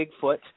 Bigfoot